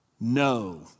no